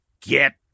Get